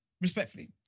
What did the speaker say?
respectfully